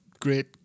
great